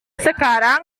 sekarang